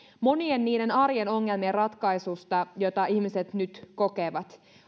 monien niiden arjen ongelmien ratkaisuista joita ihmiset nyt kokevat